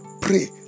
Pray